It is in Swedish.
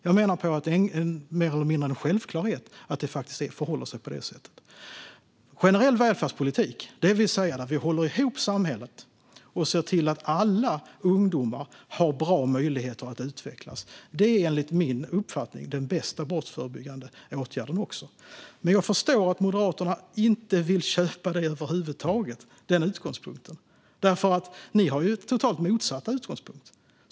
Jag menar att det är mer eller mindre en självklarhet att det förhåller sig på det sättet. Generell välfärdspolitik, det vill säga en politik där vi håller ihop samhället och ser till att alla ungdomar har bra möjligheter att utvecklas, är enligt min uppfattning också den bästa brottsförebyggande åtgärden. Men jag förstår att Moderaterna inte vill köpa detta över huvud taget. Ni har ju nämligen helt motsatt utgångspunkt.